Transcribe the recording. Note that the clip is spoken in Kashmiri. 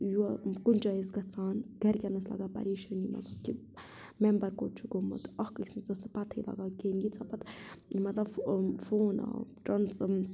یورٕ کُنہِ جایہِ ٲسۍ گژھان گَرِکٮ۪ن ٲسۍ لَگان پریشٲنی مطلب کہِ میمبر کوٚت چھُ گوٚمُت اَکھ أکۍ سٕنٛز ٲس نہٕ پَتہٕے لَگان کِہیٖنۍ ییٖژاہ پَتہٕ مطلب فو فون آو ٹرٛانٕس